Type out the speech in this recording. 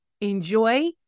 enjoy